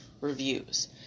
reviews